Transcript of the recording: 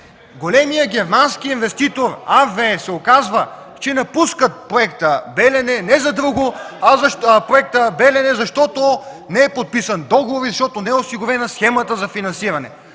големият германски инвеститор ЕрВеЕ се оказва, че напуска Проекта „Белене” не за друго, а защото не е подписан договор и защото не е осигурена схемата за финансиране.